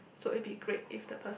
so it would be great if the person